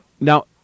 Now